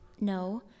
No